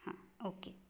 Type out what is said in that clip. हां ओके